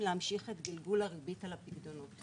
להמשיך את הגלגול הריבית על הפקדונות.